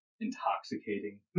intoxicating